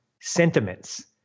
sentiments